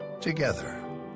Together